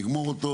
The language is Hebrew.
נסיים אותו,